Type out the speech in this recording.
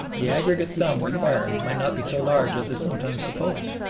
the aggregate sum required might not be so large as is sometimes supposed.